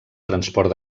transport